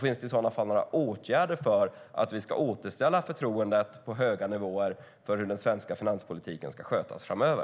Finns det i så fall några förslag på åtgärder för att återställa förtroendet till höga nivåer vad gäller hur den svenska finanspolitiken ska skötas framöver?